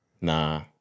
Nah